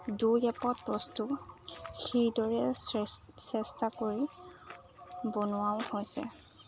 দুই এপদ বস্তু সেইদৰে চেষ্টা কৰি বনোৱাও হৈছে